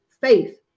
faith